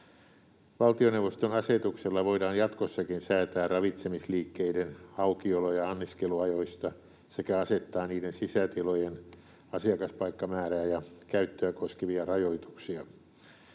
Valtioneuvoston asetuksella voidaan jatkossakin säätää ravitsemisliikkeiden aukiolo- ja anniskeluajoista sekä asettaa niiden sisätilojen asiakaspaikkamäärää ja käyttöä koskevia rajoituksia.